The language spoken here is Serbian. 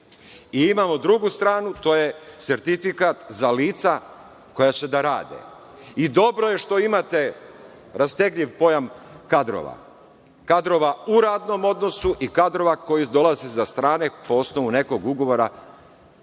i imamo drugu stranu, to je sertifikat za lica koja će da rade. Dobro je što imate rastegljiv pojam kadrova, kadrova u radnom odnosu i kadrova koji dolaze sa strane po osnovu nekog ugovora